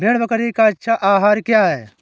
भेड़ बकरी का अच्छा आहार क्या है?